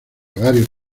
varios